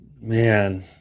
man